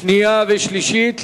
התש"ע 2009,